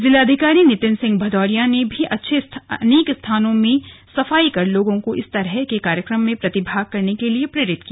जिलाधिकारी नितिन सिंह भदौरिया ने भी अनेक स्थानों में सफाई कर लोगों को इस तरह के कार्यक्रम में प्रतिभाग करने के लिए प्रेरित किया